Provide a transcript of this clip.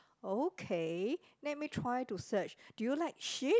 okay let me try to search do you like sheep